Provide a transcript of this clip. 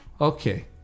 okay